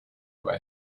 way